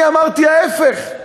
אני אמרתי: ההפך,